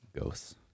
ghosts